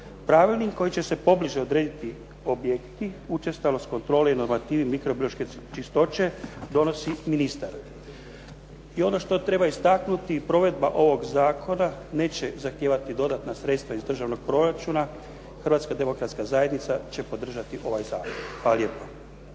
Pravilnik kojim će se pobliže odrediti objekti, učestalost kontrole i normativi mikrobiološke čistoće donosi ministar. I ono što treba istaknuti i provedba ovoga zakona neće zahtijevati dodatna sredstva iz državnog proračuna, Hrvatska Demokratska Zajednica će podržati ovaj zakon. Hvala lijepa.